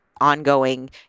ongoing